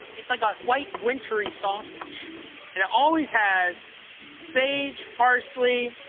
it's like a white wintery sausage and it always has sage, parsley,